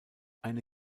eine